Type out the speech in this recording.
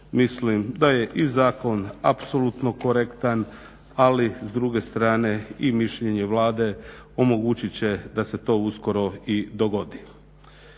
mislim da je i zakon apsolutno korektan, ali s druge strane i mišljenje Vlade omogućit će da se to uskoro i dogodi.